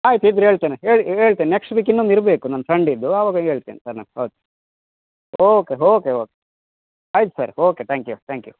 ಆಯ್ತು ಇದ್ದರೆ ಹೇಳ್ತೆನೆ ಹೇಳ್ ಹೇಳ್ತೆನೆ ನೆಕ್ಸ್ಟ್ ವೀಕ್ ಇನ್ನೊಂದು ಇರಬೇಕು ನಂದು ಫ್ರೆಂಡಿದ್ದು ಅವಾಗ ಹೇಳ್ತೆನೆ ಸರ್ ನಾನು ಓಕೆ ಹೊಕೆ ಓಕೆ ಆಯಿತು sir okay thank you thank you